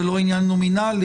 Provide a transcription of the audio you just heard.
ולא עניין נומינלי,